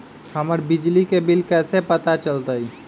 हमर बिजली के बिल कैसे पता चलतै?